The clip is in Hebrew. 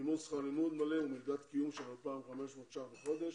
מימון שכר לימוד מלא ומלגת קיום של 2,500 שקלים בחודש